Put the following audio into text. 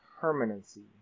permanency